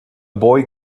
boy